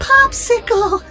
Popsicle